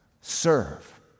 Serve